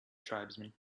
tribesman